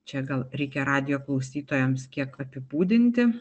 čia gal reikia radijo klausytojams kiek apibūdinti